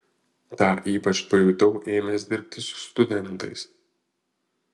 tą ypač pajutau ėmęs dirbti su studentais